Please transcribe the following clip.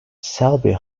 selby